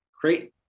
create